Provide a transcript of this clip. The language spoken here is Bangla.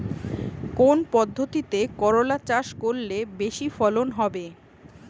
কোন পদ্ধতিতে করলা চাষ করলে বেশি ফলন হবে?